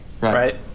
Right